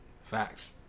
Facts